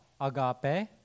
agape